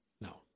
No